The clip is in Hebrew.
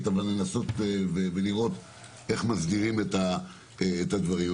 ולנסות ולראות איך מסדירים את הדברים.